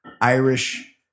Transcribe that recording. Irish